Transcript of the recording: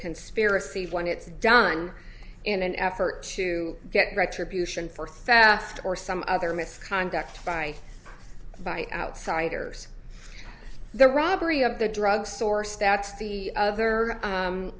conspiracy when it's done in an effort to get retribution for theft or some other misconduct by by outsiders the robbery of the drugstore stats the other